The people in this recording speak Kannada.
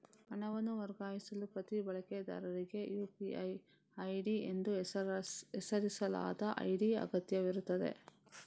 ಹಣವನ್ನು ವರ್ಗಾಯಿಸಲು ಪ್ರತಿ ಬಳಕೆದಾರರಿಗೆ ಯು.ಪಿ.ಐ ಐಡಿ ಎಂದು ಹೆಸರಿಸಲಾದ ಐಡಿ ಅಗತ್ಯವಿರುತ್ತದೆ